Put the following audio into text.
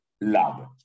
love